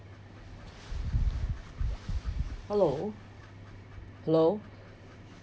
hello hello